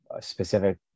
specific